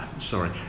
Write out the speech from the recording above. Sorry